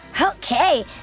Okay